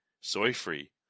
soy-free